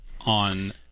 on